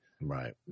Right